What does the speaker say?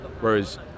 Whereas